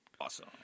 awesome